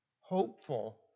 hopeful